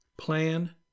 Plan